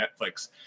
Netflix